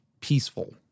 peaceful